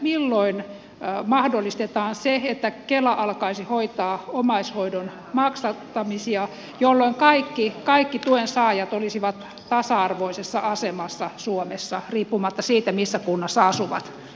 milloin mahdollistetaan se että kela alkaisi hoitaa omaishoidon maksattamisia jolloin kaikki tuen saajat olisivat tasa arvoisessa asemassa suomessa riippumatta siitä missä kunnassa asuvat